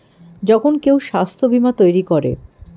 যখন কেউ স্বাস্থ্য বীমা তৈরী করে